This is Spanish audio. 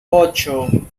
ocho